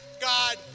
God